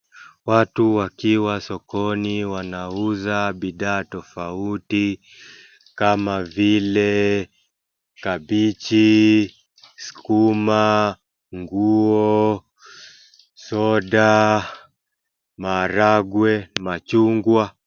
Watu wakiwa sokoni wanauza bidhaa tofauti kama vile kabeji, sukuma, nguo, soda, maharagwe, machungwa.